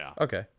Okay